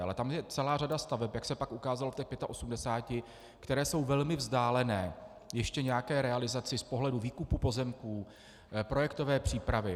Ale tam je celá řada staveb, jak se pak ukázalo, v těch pětaosmdesáti, které jsou velmi vzdálené ještě nějaké realizaci z pohledu výkupu pozemků, projektové přípravy atd.